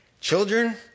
children